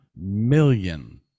million